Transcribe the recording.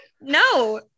no